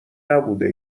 نبوده